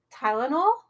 Tylenol